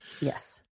Yes